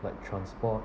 like transport